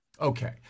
Okay